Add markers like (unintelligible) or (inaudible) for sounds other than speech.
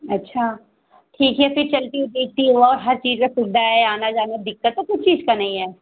अच्छा ठीक है फिर चलती (unintelligible) हर चीज़ की सुविधा है आना जाना दिक्कत तो कुछ चीज़ की नहीं है